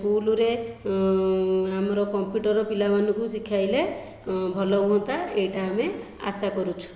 ସ୍କୁଲରେ ଆମର କମ୍ପ୍ୟୁଟର ପିଲାମାନଙ୍କୁ ଶିଖାଇଲେ ଭଲ ହୁଅନ୍ତା ଏହିଟା ଆମେ ଆଶା କରୁଛୁ